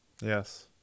yes